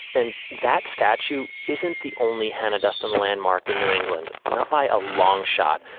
and that statue isn't the only hannah duston landmark in new england. not by a long shot,